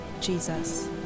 Jesus